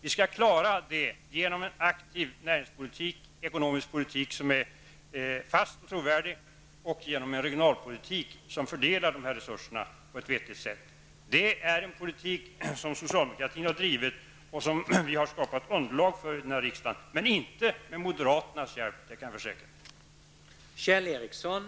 Vi skall klara det genom en aktiv näringspolitik, en ekonomisk politik som är fast och trovärdig och en regionalpolitik som fördelar resurserna på ett vettigt sätt. Det är en politik som socialdemokratin har drivit och som vi har skapat underlag för i riksdagen -- men inte med moderaternas hjälp, det kan jag försäkra.